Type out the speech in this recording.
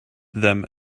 them